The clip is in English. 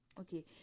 Okay